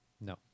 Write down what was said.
No